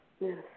Yes